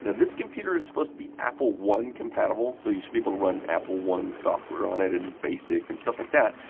this computer is supposed to be apple one compatible so you should be able to run apple one software on it and basic and stuff like that.